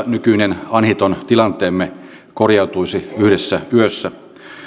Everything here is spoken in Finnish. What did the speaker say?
nykyinen anhiton tilanteemme korjautuisi yhdessä yössä